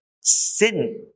sin